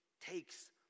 takes